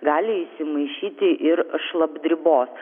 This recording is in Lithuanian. gali įsimaišyti ir šlapdribos